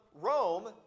Rome